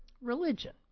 religion